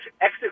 exit